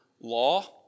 law